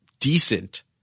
Decent